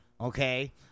okay